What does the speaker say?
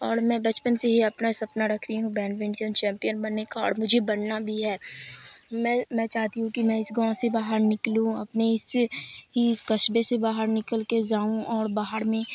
اور میں بچپن سے ہی اپنا سپنا رکھ رہی ہوں بیڈمنٹن چمپین بننے کا اور مجھے بننا بھی ہے میں میں چاہتی ہوں کہ میں اس گاؤں سے باہر نکلوں اپنے اس ہی قصبے سے باہر نکل کے جاؤں اور باہر میں